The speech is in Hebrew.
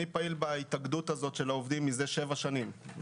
אני פעיל בהתאגדות הזאת של העובדים מזה שבע שנים.